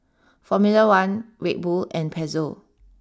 Formula one Red Bull and Pezzo